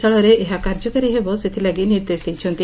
ଳୟରେ ଏହା କାର୍ଯ୍ୟକାରୀ ହେବ ସେଥିଲାଗି ନିର୍ଦ୍ଦେଶ ଦେଇଛନ୍ତି